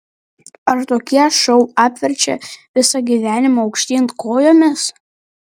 ar tokie šou apverčia visą gyvenimą aukštyn kojomis